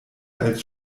als